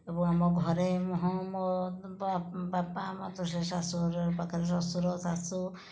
ଏବଂ ଆମ ଘରେ ମୋ ବାପା ଶାଶୁଘର ପାଖରେ ଶଶୁର ଶାଶୁ